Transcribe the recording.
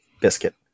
Biscuit